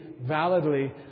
validly